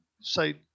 say